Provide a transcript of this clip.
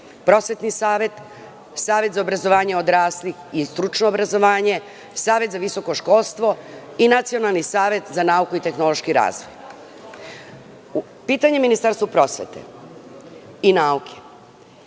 Prosvetni savet, Savet za obrazovanje odraslih i stručno obrazovanje, Savet za visoko školstvo i Nacionalni savet za nauku i tehnološki razvoj. Pitanje Ministarstvu prosvete i nauke